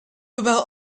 about